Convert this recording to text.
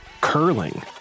curling